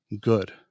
good